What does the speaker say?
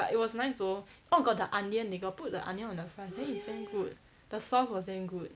but it was nice though oh got the onion they got put the onion on the fries then it's damn good the sauce was damn good